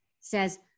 says